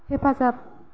हेफाजाब